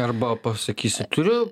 arba pasakysi turiu